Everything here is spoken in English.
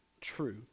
true